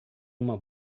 uma